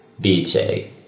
DJ